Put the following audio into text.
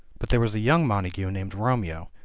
but there was a young montagu named romeo,